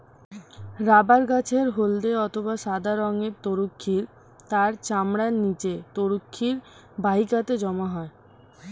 rubber গাছের হল্দে অথবা সাদা রঙের তরুক্ষীর তার চামড়ার নিচে তরুক্ষীর বাহিকাতে জমা হয়